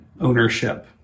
ownership